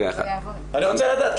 אני רוצה לדעת,